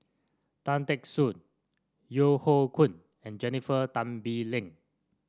Tan Teck Soon Yeo Hoe Koon and Jennifer Tan Bee Leng